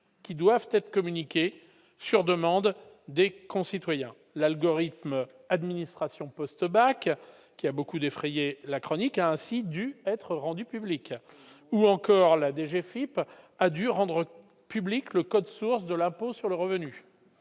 qui doivent être communiquées sur demande des concitoyens l'algorithme administration poste Bach qui a beaucoup défrayé la chronique, a ainsi dû être rendues publiques ou encore la DG Philippe a dû rendre public le code source de l'impôt sur le revenu,